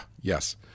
Yes